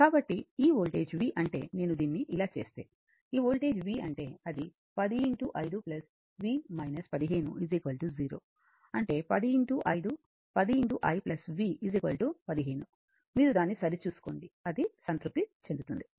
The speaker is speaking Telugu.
కాబట్టి ఈ వోల్టేజ్ v అంటే నేను దీన్ని ఇలా చేస్తే ఈ వోల్టేజ్ v అంటే అది 10 i v 15 0 అంటే 10 i v 15 మీరు దాన్ని సరిచూసుకోండి అది సంతృప్తి చెందుతుంది